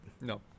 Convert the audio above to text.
No